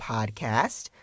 Podcast